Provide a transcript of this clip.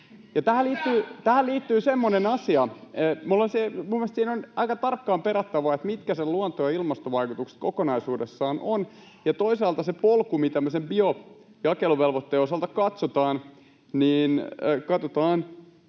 Tähän liittyy semmoinen asia, että minun mielestäni siinä on aika tarkkaan perattava, mitkä sen luonto- ja ilmastovaikutukset kokonaisuudessaan ovat, ja toisaalta se polku, mitä me sen biojakeluvelvoitteen osalta katsotaan, katsotaan